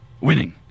winning